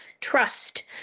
trust